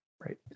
Right